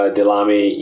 Delami